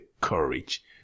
courage